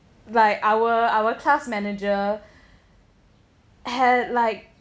like our our class manager had like